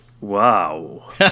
wow